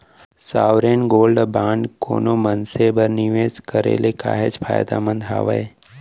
sovereign gold bond कोनो मनसे बर निवेस करे ले काहेच फायदामंद हावय